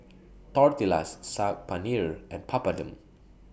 Tortillas Saag Paneer and Papadum